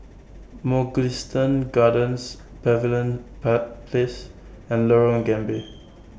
Mugliston Gardens Pavilion Place and Lorong Gambir